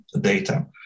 data